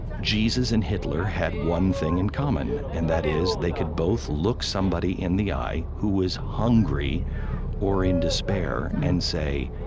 jesus and hitler had one thing in common, and that is they could both look somebody in the eye who was hungry or in despair and say,